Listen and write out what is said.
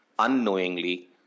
unknowingly